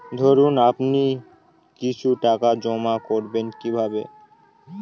ধরুন আপনি কিছু টাকা জমা করবেন কিভাবে?